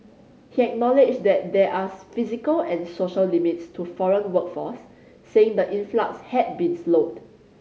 he acknowledged that there are physical and social limits to foreign workforce saying the influx had been slowed